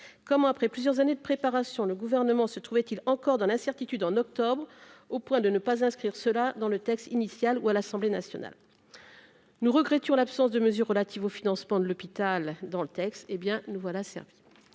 comment, après plusieurs années de préparation, le gouvernement se trouvait-il encore dans l'incertitude en octobre au point de ne pas inscrire cela dans le texte initial ou à l'Assemblée nationale, nous regrettons l'absence de mesures relatives au financement de l'hôpital dans le texte, et bien nous voilà servis,